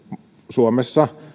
suomessa